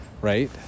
right